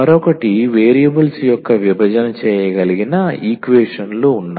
మరొకటి వేరియబుల్స్ యొక్క విభజన చేయగలిగిన ఈక్వేషన్ లు ఉన్నాయి